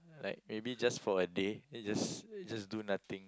like maybe just for a day just just do nothing